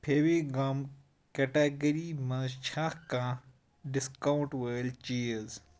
Fevi gum category مَنٛز چھا کانٛہہ ڈسکاونٛٹ وٲلۍ چیٖز